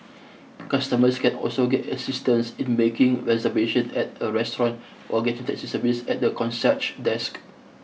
customers can also get assistance in making reservation at a restaurant or getting taxi service at the concierge desk